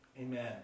amen